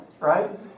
Right